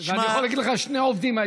ואני יכול להגיד לך, היו שני עובדים.